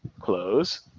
Close